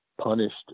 punished